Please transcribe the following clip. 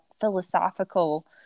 philosophical